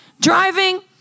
driving